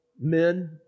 men